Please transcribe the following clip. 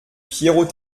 pierrot